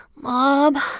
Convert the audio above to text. Mom